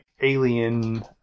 alien